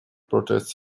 protests